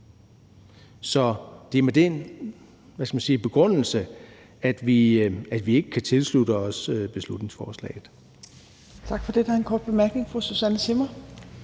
Så det er med den begrundelse, at vi ikke kan tilslutte os beslutningsforslaget.